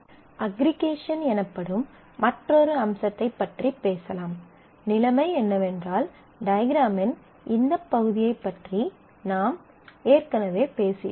aggregation எனப்படும் மற்றொரு அம்சத்தைப் பற்றிப் பேசலாம் நிலைமை என்னவென்றால் டயக்ராமின் இந்த பகுதியைப் பற்றி நாம் ஏற்கனவே பேசியுள்ளோம்